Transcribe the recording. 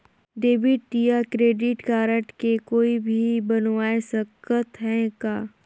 Debit या credit card के कोई भी बनवाय सकत है का?